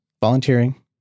volunteering